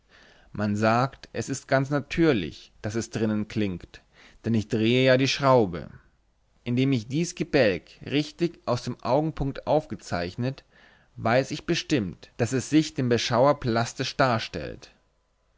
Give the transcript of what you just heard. man sagt es ist ganz natürlich daß es drinnen klingt denn ich drehe ja die schraube indem ich dies gebälk richtig aus dem augenpunkt aufgezeichnet weiß ich bestimmt daß es sich dem beschauer plastisch darstellt